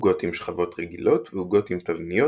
עוגות עם שכבות רגילות ועוגות עם תבניות,